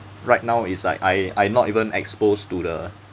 right now it's like I I not even exposed to the